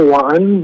one